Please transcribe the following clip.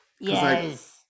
yes